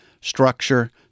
structure